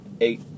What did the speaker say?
eight